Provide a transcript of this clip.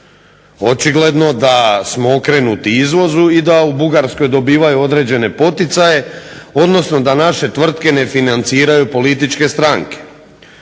Očigledno da smo okrenuti izvozu i da u Bugarskoj dobivaju određene poticaje, odnosno da naše tvrtke ne financiraju političke stranke.